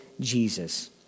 Jesus